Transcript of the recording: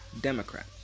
Democrat